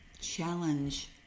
challenge